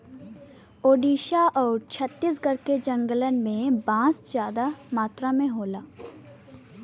ओडिसा आउर छत्तीसगढ़ के जंगलन में बांस जादा मात्रा में होला